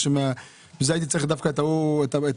אמרתי.